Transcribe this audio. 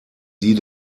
die